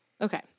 okay